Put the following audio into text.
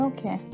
Okay